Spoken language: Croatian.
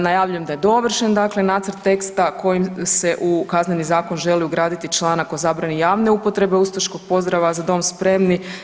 Najavljujem da je dovršen, dakle nacrt teksta kojim se u Kazneni zakon želi ugraditi članak o zabrani javne upotrebe ustaškog pozdrava „Za dom spremni“